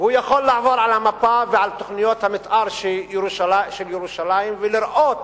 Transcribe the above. והוא יכול לעבור על המפה ועל תוכניות המיתאר של ירושלים ולראות